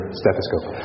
stethoscope